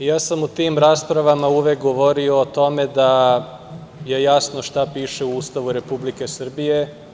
U tim raspravama sam uvek govorio o tome da je jasno šta piše u Ustavu Republike Srbije.